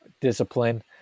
discipline